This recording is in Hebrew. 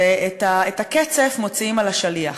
ואת הקצף מוציאים על השליח.